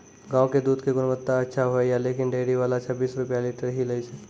गांव के दूध के गुणवत्ता अच्छा होय या लेकिन डेयरी वाला छब्बीस रुपिया लीटर ही लेय छै?